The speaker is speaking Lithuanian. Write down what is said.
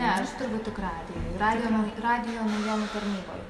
ne aš dirbu tik radijuj radijo nau radijo naujienų tarnyboj